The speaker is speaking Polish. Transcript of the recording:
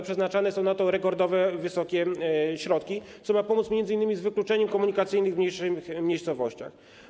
Przeznaczane są na to rekordowo wysokie środki, co ma pomóc m.in. w walce z wykluczeniem komunikacyjnym w mniejszych miejscowościach.